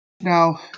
Now